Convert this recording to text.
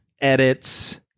edits